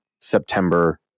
September